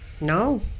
no